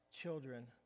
children